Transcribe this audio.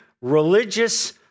religious